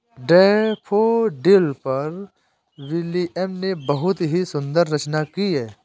daffodil पर William ने बहुत ही सुंदर रचना की है